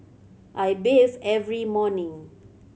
I bathe every morning